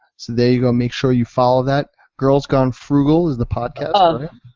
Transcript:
so there you go, make sure you follow that. girls gone frugal is the podcast um